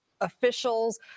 Officials